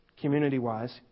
community-wise